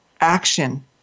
action